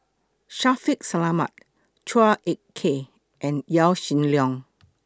Shaffiq Selamat Chua Ek Kay and Yaw Shin Leong